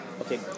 okay